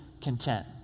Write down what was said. content